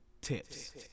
tips